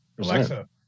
Alexa